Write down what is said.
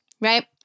right